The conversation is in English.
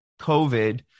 COVID